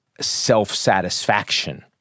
self-satisfaction